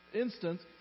instance